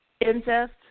incest